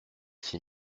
six